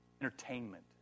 entertainment